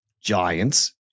Giants